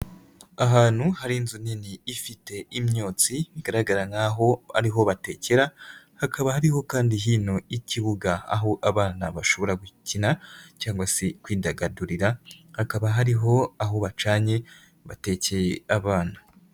Ahantu hari inzu nini ifite imyotsi, bigaragara nkaho ariho batekera, hakaba hariho kandi hino y'ikibuga, aho abana bashobora gukina cyangwa se kwidagadurira, hakaba hariho aho bacanye, batekeye abana.